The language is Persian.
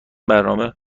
برنامه